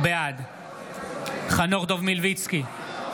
בעד חנוך דב מלביצקי, בעד